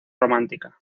romántica